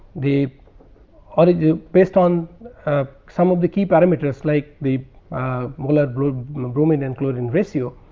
the or it is based on ah some of the key parameters like the molar bromine bromine and chlorine ratio.